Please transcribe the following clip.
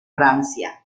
francia